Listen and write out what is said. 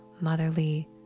motherly